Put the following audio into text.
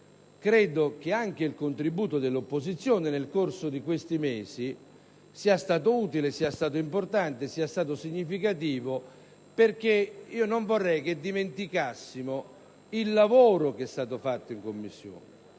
Credo tuttavia che il contributo dell'opposizione nel corso di questi mesi sia stato utile, importante e significativo. Non vorrei che dimenticassimo il lavoro che è stato svolto in Commissione.